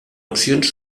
opcions